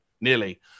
nearly